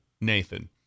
Nathan